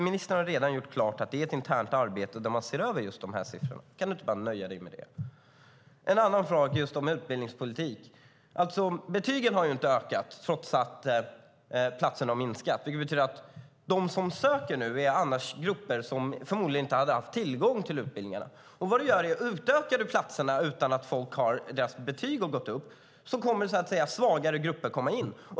Ministern har redan gjort klart att det sker ett internt arbete där man ser över just de här siffrorna. Kan du inte bara nöja dig med det, Thomas Strand? Jag vill ta upp en annan fråga om utbildningspolitik. Betygen har inte ökat, trots att platserna har minskat, vilket betyder att de som söker nu är grupper som annars förmodligen inte hade haft tillgång till utbildningarna. Utökar man platserna utan att folks betyg har gått upp kommer svagare grupper att komma in.